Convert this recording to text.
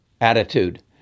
attitude